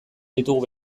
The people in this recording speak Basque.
ditugu